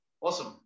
Awesome